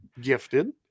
gifted